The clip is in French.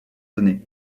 données